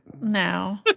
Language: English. No